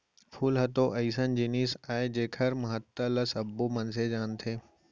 फूल ह तो अइसन जिनिस अय जेकर महत्ता ल सबो मनसे जानथें